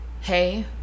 hey